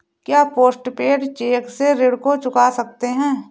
क्या post paid cheque से ऋण को चुका सकते हैं?